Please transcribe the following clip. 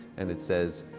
and it says,